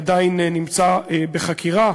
עדיין בחקירה.